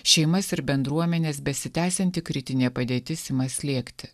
šeimas ir bendruomenes besitęsianti kritinė padėtis ima slėgti